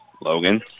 Logan